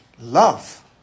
love